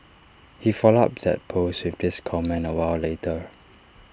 he followed up that post with this comment A while later